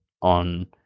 on